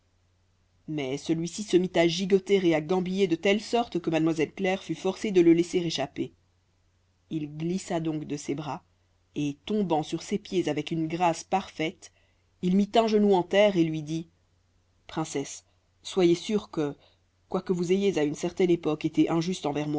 mais celui-ci se mit à gigoter et à gambiller de telle sorte que mademoiselle claire fut forcée de le laisser échapper il glissa donc de ses bras et tombant sur ses pieds avec une grâce parfaite il mit un genou en terre et lui dit princesse soyez sûre que quoique vous ayez à une certaine époque été injuste envers